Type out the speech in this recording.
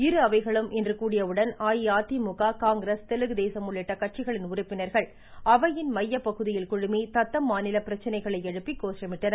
இரு அவைகளும் இன்று கூடியவுடன் அஇஅதிமுக காங்கிரஸ தெலுங்குதேசம் உள்ளிட்ட கட்சிகளின் உறுப்பினர்கள் அவையின் மையப்பகுதியில் குழுமி தத்தம் மாநில பிரச்சனைகளை எழுப்பி கோஷமிட்டனர்